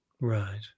Right